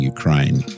Ukraine